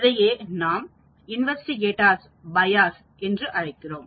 இதையே நாம் புலனாய்வாளரின் சார்பிலிருந்து investigator's bias என்று அழைக்கிறோம்